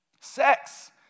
Sex